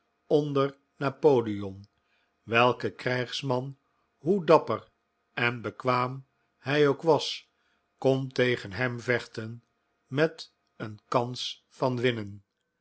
onder napoleon welke krijgsman hoe dapper en bekwaam hij ook was kon tegen hem vechten met kans van winnen